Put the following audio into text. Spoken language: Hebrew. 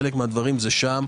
חלק מהמשבר זה שם.